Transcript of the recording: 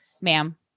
ma'am